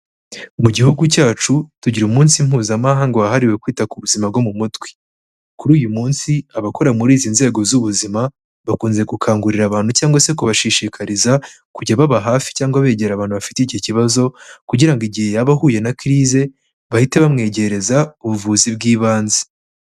Mu Gihugu cyacu tugira umunsi Mpuzamahanga wahariwe kwita ku buzima bwo mu mutwe. Kuri uyu munsi abakora muri izi nzego z'ubuzima bakunze gukangurira abantu cyangwa se kubashishikariza kujya baba hafi cyangwa begera abantu bafite iki kibazo, kugira ngo igihe yaba ahuye na kirize bahite bamwegereza ubuvuzi bw'ibanze.